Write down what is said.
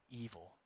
evil